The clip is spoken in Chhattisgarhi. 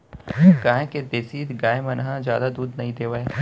गॉँव के देसी गाय मन ह जादा दूद नइ देवय